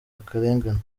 akarengane